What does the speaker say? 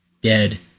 dead